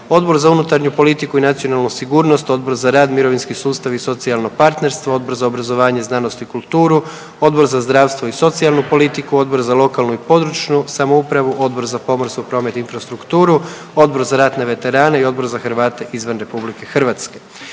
Odbor za unutarnju politiku i nacionalnu sigurnost, Odbor za rad, mirovinski sustav i socijalno partnerstvo, Odbor za obrazovanje, znanost i kulturu, Odbor za zdravstvo i socijalnu politiku, Odbor za lokalnu i područnu samoupravu, Odbor za pomorstvo, promet i infrastrukturu, Odbor za ratne veterane i Odbor za Hrvate izvan RH.